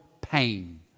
pain